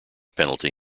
penalty